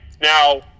now